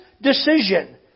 decision